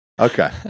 Okay